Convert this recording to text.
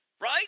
right